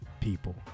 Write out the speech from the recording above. people